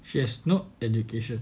she has no education